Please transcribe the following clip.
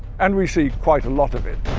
and we see quite a lot of it.